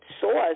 source